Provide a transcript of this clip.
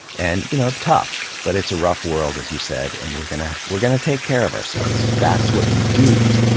and, you know, tough, but it's a rough world, as you said, and we're gonna we're gonna take care of ourselves. that's what you do